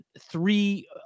three